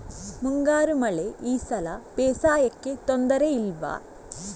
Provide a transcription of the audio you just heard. ಮುಂಗಾರು ಮಳೆ ಈ ಸಲ ಬೇಸಾಯಕ್ಕೆ ತೊಂದರೆ ಇಲ್ವ?